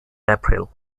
april